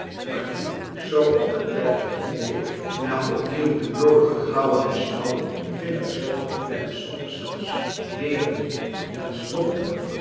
maar die zoo om en bij de week na opnieuw de noodige grauwen en snauwen vinnige zetten en soms zelfs nepen en stompen